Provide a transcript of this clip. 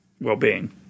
well-being